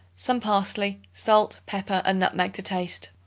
some parsley, salt, pepper and nutmeg to taste.